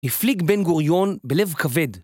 ‫הפליג בן גוריון בלב כבד.